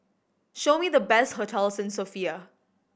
show me the best hotels in Sofia